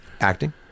Acting